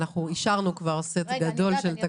כבר אישרנו סט גדול של תקנות.